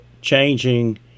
changing